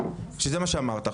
שזה מה שאמרת,